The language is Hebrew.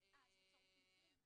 אה, זה צירוף מקרים?